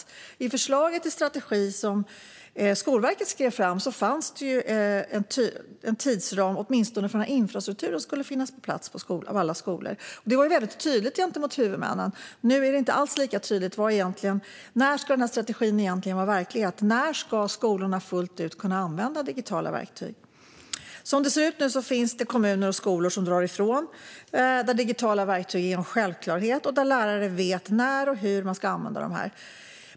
I det förslag till strategi som Skolverket skrev fanns det en tidsram, åtminstone för när infrastrukturen skulle finnas på plats på alla skolor. Detta var väldigt tydligt gentemot huvudmännen. Nu är det inte alls lika tydligt. När ska strategin egentligen vara verklighet? När ska skolorna fullt ut kunna använda digitala verktyg? Som det ser ut nu finns det kommuner och skolor som drar ifrån, där digitala verktyg är en självklarhet och lärare vet när och hur man ska använda dem.